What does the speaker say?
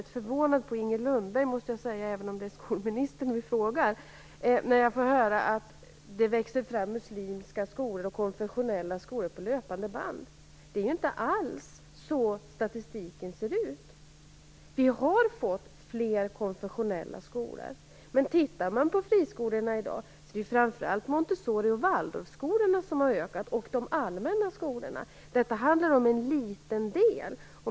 Även om det är skolministern vi frågar, måste jag säga att jag blir mycket förvånad när Inger Lundberg säger att det växer fram muslimska skolor och konfessionella skolor på löpande band. Det är inte alls så statistiken ser ut. Vi har fått fler konfessionella skolor, men tittar man på friskolorna i dag är det framför allt Montessori och Waldorfskolorna och de allmänna skolorna som har ökat. Detta handlar om en liten del.